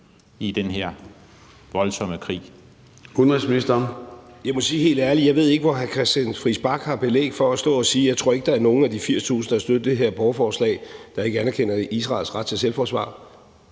i den her voldsomme krig.